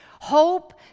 Hope